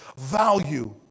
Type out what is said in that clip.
value